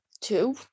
two